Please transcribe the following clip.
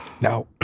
Now